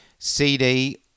CD